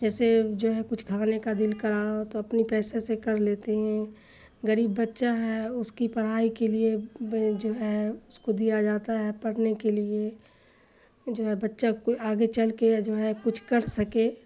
جیسے جو ہے کچھ کھانے کا دل کرا تو اپنے پیسے سے کر لیتے ہیں غریب بچہ ہے اس کی پڑھائی کے لیے جو ہے اس کو دیا جاتا ہے پڑھنے کے لیے جو ہے بچہ کوئی آگے چل کے جو ہے کچھ کر سکے